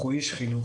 הוא איש חינוך,